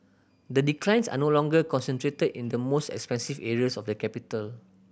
the declines are no longer concentrated in the most expensive areas of the capital